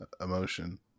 emotion